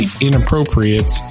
inappropriate